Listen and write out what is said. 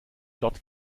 dort